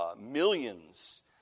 millions